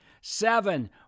Seven